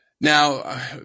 Now